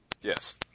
Yes